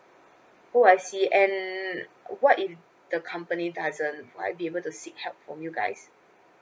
oh I see and what if the company doesn't would I be able to seek help from you guys